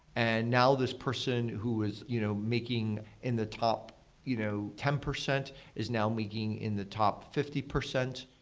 and now, this person who is you know making in the top you know ten percent is now making in the top fifty percent.